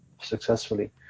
successfully